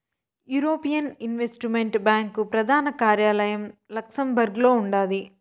European investment bank ప్రదాన కార్యాలయం లక్సెంబర్గులో ఉండాది